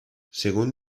según